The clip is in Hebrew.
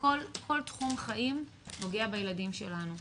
כל תחום חיים נוגע בילדים שלנו.